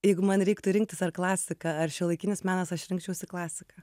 jeigu man reiktų rinktis ar klasika ar šiuolaikinis menas aš rinkčiausi klasiką